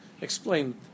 explain